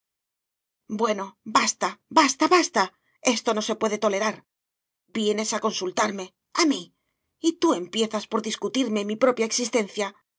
bueno basta basta basta esto no se puede tolerar vienes a consultarme a mí y tú empiezas por discutirme mi propia existencia